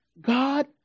God